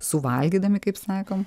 suvalgydami kaip sakom